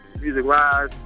music-wise